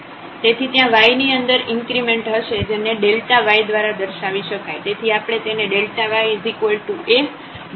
તેથી ત્યાં y ની અંદર ઇન્ક્રીમેન્ટ હશે જેને yદ્વારા દર્શાવી શકાય